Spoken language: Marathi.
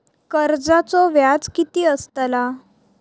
कर्जाचो व्याज कीती असताला?